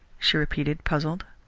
she repeated, puzzled.